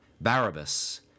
Barabbas